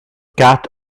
cat